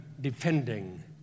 defending